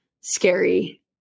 scary